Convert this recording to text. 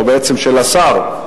או בעצם של השר,